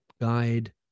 guide